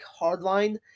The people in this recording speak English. Hardline